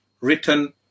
written